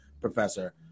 professor